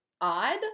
odd